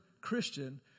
Christian